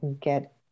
get